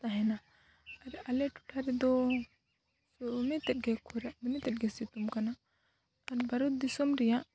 ᱛᱟᱦᱮᱱᱟ ᱟᱨ ᱟᱞᱮ ᱴᱚᱴᱷᱟ ᱨᱮᱫᱚ ᱫᱚᱢᱮᱛᱮᱫ ᱜᱮ ᱠᱷᱚ ᱫᱚᱢᱮ ᱛᱮᱫ ᱜᱮ ᱥᱤᱛᱩᱝ ᱠᱟᱱᱟ ᱠᱷᱟᱱ ᱵᱷᱟᱨᱚᱛ ᱫᱤᱥᱚᱢ ᱨᱮᱭᱟᱜ